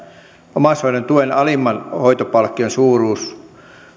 omaishoidon tuen alimman hoitopalkkion suuruus